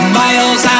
miles